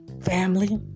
Family